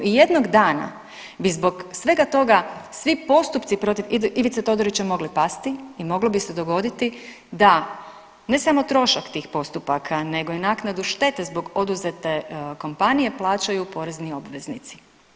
I jednog dana bi zbog svega toga svi postupci protiv Ivice Todorića mogli pasti i moglo bi se dogoditi da ne samo trošak tih postupaka nego i naknadu štete zbog oduzete kompanije plaćaju porezni obveznici.